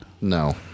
No